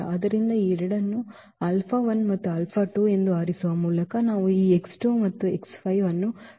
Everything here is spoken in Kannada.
ಆದ್ದರಿಂದ ಈ ಎರಡನ್ನು ಮತ್ತು ಎಂದು ಆರಿಸುವ ಮೂಲಕ ನಾವು ಈ ಮತ್ತು ಈ ಅನ್ನು ಫ್ರೀ ವೇರಿಯಬಲ್ ಗಳಾಗಿ ಆರಿಸಬೇಕಾಗುತ್ತದೆ